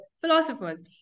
philosophers